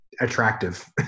attractive